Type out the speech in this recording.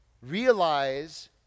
Realize